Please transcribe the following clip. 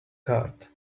card